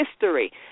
history